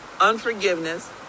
unforgiveness